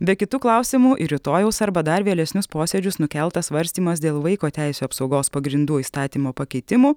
be kitų klausimų į rytojaus arba dar vėlesnius posėdžius nukeltas svarstymas dėl vaiko teisių apsaugos pagrindų įstatymo pakeitimų